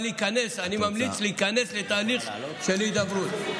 אני ממליץ להיכנס לתהליך של הידברות.